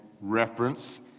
reference